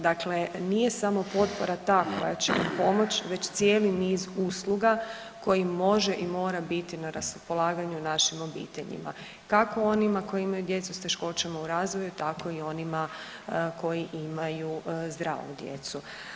Dakle nije samo potpora ta koja će pomoći već cijeli niz usluga koji može i mora biti na raspolaganju našim obiteljima, kako onima koji imaju djecu s teškoćama u razvoju, tako i onima koji imaju zdravu djecu.